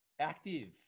active